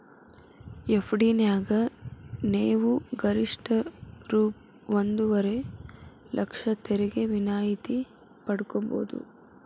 FD ನ್ಯಾಗ ನೇವು ಗರಿಷ್ಠ ರೂ ಒಂದುವರೆ ಲಕ್ಷ ತೆರಿಗೆ ವಿನಾಯಿತಿ ಪಡ್ಕೊಬಹುದು